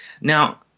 Now